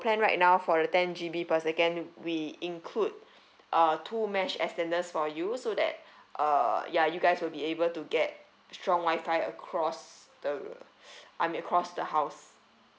plan right now for the ten G_B per second we include uh two mesh extenders for you so that uh ya you guys will be able to get strong wi-fi across the I mean across the house